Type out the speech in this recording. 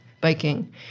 biking